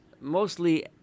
mostly